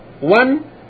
one